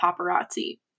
paparazzi